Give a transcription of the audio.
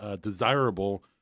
desirable